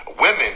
women